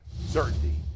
certainty